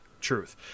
truth